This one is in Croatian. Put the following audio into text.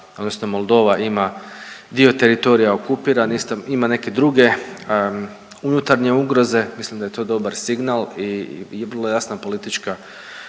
odnosno Moldova ima dio teritorija okupiran, isto, ima neke druge unutarnje ugroze, mislim da je to dobar signal i vrlo jasna politička